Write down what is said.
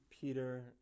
Peter